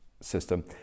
system